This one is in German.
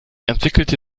entwickelte